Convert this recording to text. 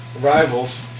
rivals